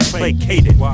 placated